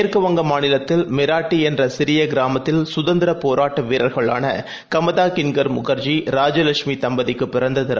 மேற்குவங்கமாநிலத்தில்மிராட்டிஎன்றசிறியகிராமத்தில்சுதந்திரப்போராட்டவீ ரர்களானகமதாகின்கர்முகர்ஜி ராஜலெட்சுமிதம்பதிக்குபிறந்ததிரு